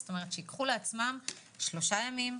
זאת אומרת שייקחו לעצמם שלושה ימים.